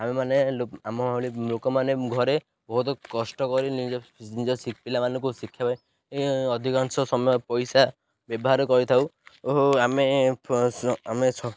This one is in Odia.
ଆମେ ମାନେ ଆମ ଭଳି ଲୋକମାନେ ଘରେ ବହୁତ କଷ୍ଟ କରି ନିଜ ନିଜ ପିଲାମାନଙ୍କୁ ଶିକ୍ଷା ପାଇଁ ଅଧିକାଂଶ ସମୟ ପଇସା ବ୍ୟବହାର କରିଥାଉ ଓ ଆମେ ଆମେ